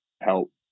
help